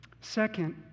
Second